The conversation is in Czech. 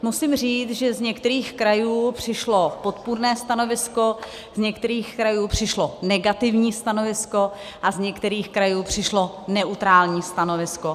Musím říct, že z některých krajů přišlo podpůrné stanovisko, z některých krajů přišlo negativní stanovisko a z některých krajů přišlo neutrální stanovisko.